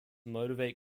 motivate